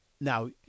Now